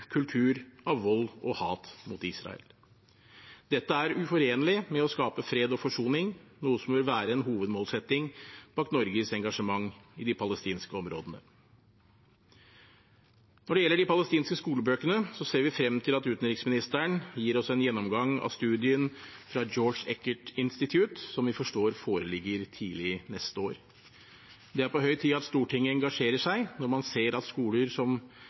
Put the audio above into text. kultur av vold og hat mot Israel. Dette er uforenlig med å skape fred og forsoning, noe som bør være en hovedmålsetting bak Norges engasjement i de palestinske områdene. Når det gjelder de palestinske skolebøkene, ser vi frem til at utenriksministeren gir oss en gjennomgang av studien fra Georg Eckert Institute, som vi forstår foreligger tidlig neste år. Det er på høy tid at Stortinget engasjerer seg når man ser at skoler som